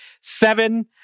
seven